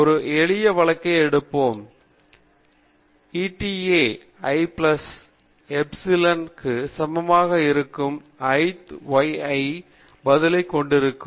ஒரு எளிய வழக்கை எடுப்போம் eta i plus epsilon i க்கு சமமாக இருக்கும் ith ரன் yi க்கு பதிலைக் கொண்டிருக்கும்